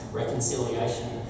reconciliation